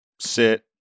sit